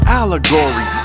allegory